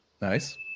Nice